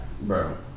Bro